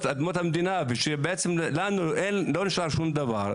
המדינה ושבעצם לנו אין - לא נשאר שום דבר,